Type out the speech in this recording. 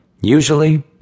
Usually